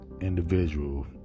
individual